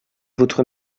votre